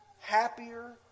happier